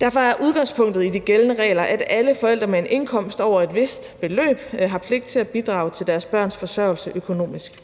Derfor er udgangspunktet i de gældende regler, at alle forældre med en indkomst over et vist beløb har pligt til at bidrage økonomisk til deres børns forsørgelse.